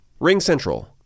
RingCentral